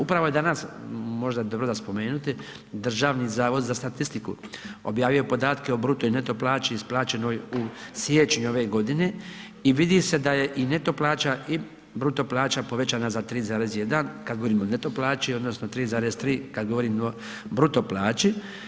Upravo je danas možda dobro za spomenuti Državni zavod za statistiku objavio podatke o bruto i neto plaći isplaćenoj u siječnju ove godine i vidi se da je i neto plaća i bruto plaća povećana za 3,1 kad govorimo o neto plaći odnosno 3,3 kad govorimo o bruto plaći.